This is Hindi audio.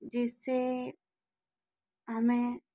जिस से हमें